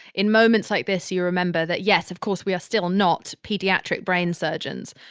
in moments like this you remember that, yes, of course, we are still not pediatric brain surgeons,